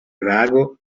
vago